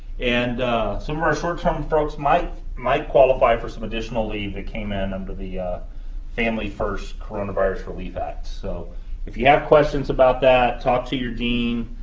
and some of our short-term folks might might qualify for some additional leave that came in under the family first coronavirus relief act, so if you have questions about that, talk to your dean,